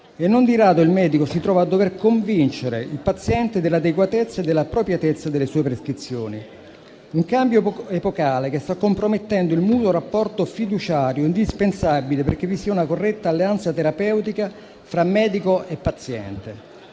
e non di rado il medico si trova a dover convincere il paziente dell'adeguatezza e dell'appropriatezza delle sue prescrizioni: un cambio epocale che sta compromettendo il mutuo rapporto fiduciario, indispensabile perché vi sia una corretta alleanza terapeutica fra medico e paziente.